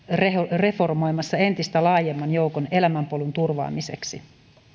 reformoimassa entistä laajemman joukon elämänpolun turvaamiseksi